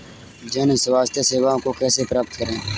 जन स्वास्थ्य सेवाओं को कैसे प्राप्त करें?